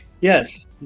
Yes